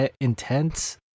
intense